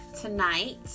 tonight